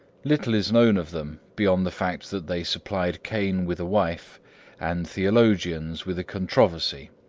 little its known of them beyond the fact that they supplied cain with a wife and theologians with a controversy.